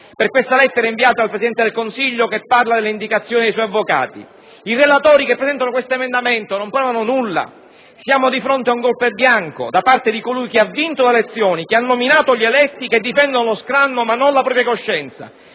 per la lettera inviata dal Presidente del Consiglio che parla delle indicazioni dei suoi avvocati? I relatori che presentano questo emendamento non provano nulla? Siamo di fronte ad un golpe bianco da parte di colui che ha vinto le elezioni, che ha nominato gli eletti che difendono lo scranno, ma non la propria coscienza.